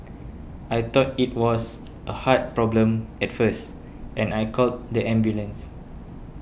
I thought it was a heart problem at first and I called the ambulance